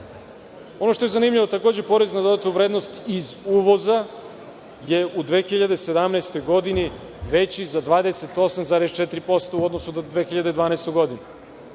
što je zanimljivo, porez na dodatu vrednost iz uvoza je u 2017. godini veći za 28,4% u odnosu na 2012. godinu,